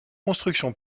construction